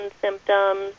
symptoms